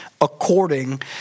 according